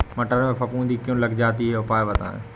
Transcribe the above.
मटर में फफूंदी क्यो लग जाती है उपाय बताएं?